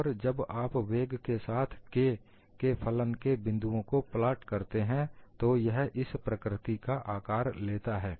और जब आप वेग के साथ K के फलन के बिंदुओं को प्लॉट करते हो तो यह इस प्रकृति का आकार लेता है